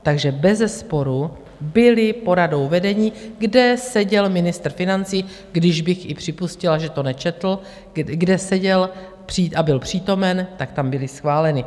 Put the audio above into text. Takže bezesporu byly poradou vedení, kde seděl ministr financí, kdybych i připustila, že to nečetl, kde seděl a byl přítomen, tak tam byly schváleny.